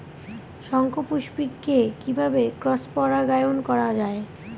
শঙ্খপুষ্পী কে কিভাবে ক্রস পরাগায়ন করা যায়?